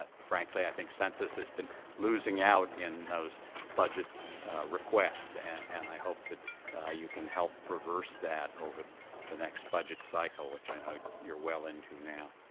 ah frankly i think census has been losing out in those budget requests and i hope that you can help reverse that over the the next budget cycle, which i know you're well into now.